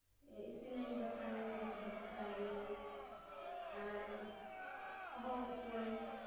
ᱤᱥᱤᱱᱟᱹᱧ ᱵᱟᱥᱟᱝᱼᱟᱹᱧ ᱡᱚᱛᱚᱦᱚᱲ ᱵᱟᱠᱷᱨᱟᱜᱮ ᱟᱨ ᱦᱚᱦᱚᱣᱟ ᱠᱚᱣᱟᱧ